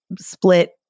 split